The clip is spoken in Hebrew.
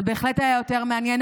זה בהחלט היה יותר מעניין,